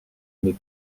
mais